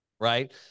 right